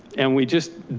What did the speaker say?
and we just,